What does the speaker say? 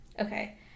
Okay